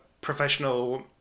professional